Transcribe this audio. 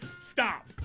stop